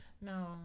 No